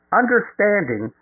understanding